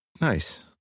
nice